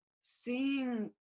seeing